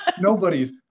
nobody's